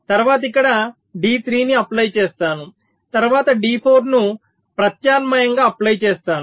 తర్వాత ఇక్కడ D3 ను అప్లై చేస్తాను తరువాత D4 ను ప్రత్యామ్నాయంగా అప్లై చేస్తాను